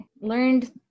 learned